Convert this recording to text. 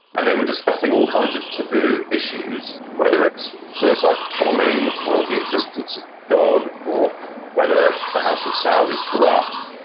and they were discussing all kinds of taboo issues, whether it's suicide bombing or the existence of god or whether the house of saud is corrupt,